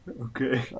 Okay